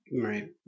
Right